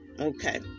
okay